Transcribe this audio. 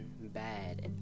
bad